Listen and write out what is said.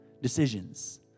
decisions